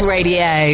Radio